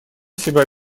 себя